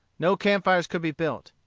no campfires could be built.